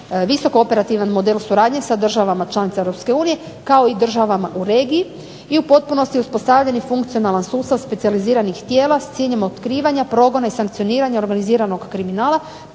visoko operativan model suradnje sa državama članicama EU kao i državama u regiji i u potpunosti uspostavljen i funkcionalan sustav specijaliziranih tijela s ciljem otkrivanja progona i sankcioniranja organiziranog kriminala